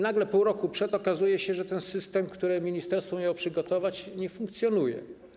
Nagle pół roku przed okazuje się, że system, który ministerstwo miało przygotować, nie funkcjonuje.